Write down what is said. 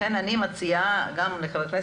לכן אני מציעה ואומר גם לחברי הכנסת,